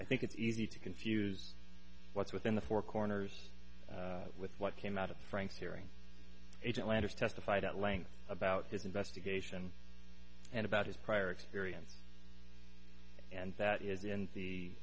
i think it's easy to confuse what's within the four corners with what came out of frank's hearing agent landis testified at length about his investigation and about his prior experience and that is in the